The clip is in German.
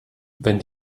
wenn